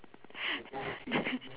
the